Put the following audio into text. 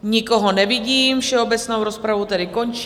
Nikoho nevidím, všeobecnou rozpravu tedy končím.